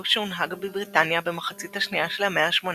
חידוש שהונהג בבריטניה במחצית השנייה של המאה ה-18,